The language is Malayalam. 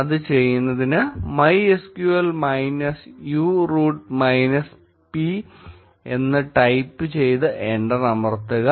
അത് ചെയ്യുന്നതിന്MySQL minus u root minus p എന്ന് ടൈപ്പ് ചെയ്ത് എന്റർ അമർത്തുക